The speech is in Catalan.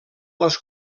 les